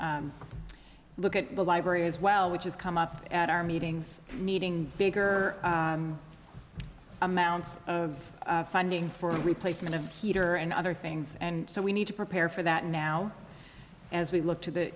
look at the library as well which is come up at our meetings meeting bigger amounts of funding for replacement of heater and other things and so we need to prepare for that now as we look to the